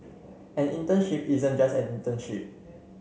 an internship isn't just an internship